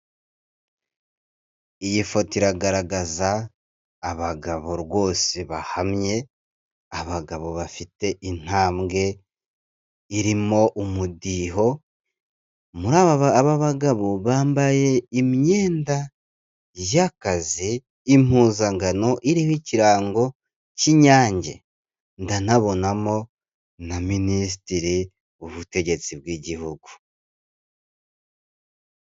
Iyi foto iragaragaza abagabo rwose bahamye, abagabo bafite intambwe irimo umudiho, aba bagabo bambaye imyenda y'akazi, impuzankano iriho ikirango cy'Inyange ndanabonamo na Minisitiri w'ubutegetsi bw'Igihugu.